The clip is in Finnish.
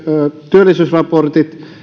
työllisyysraportit